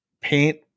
paint